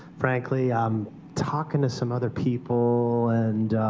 frankly, i'm talking to some other people, and